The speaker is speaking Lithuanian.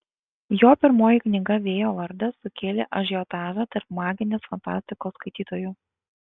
jo pirmoji knyga vėjo vardas sukėlė ažiotažą tarp maginės fantastikos skaitytojų